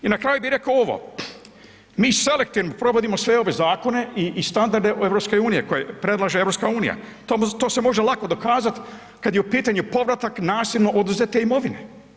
I na kraju bi rekao ovo, mi selektivno provodimo sve ove zakone i standarde EU koje predlaže EU, to se može lako dokazati kad je u pitanju povratak nasilno oduzete imovine.